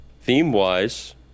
Theme-wise